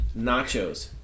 nachos